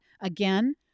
Again